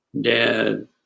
Dad